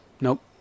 Nope